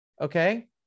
okay